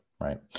Right